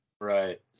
Right